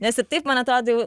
nes ir taip man atrodo jau